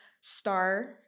STAR